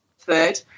third